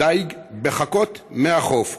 דיג בחכות מהחוף.